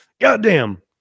Goddamn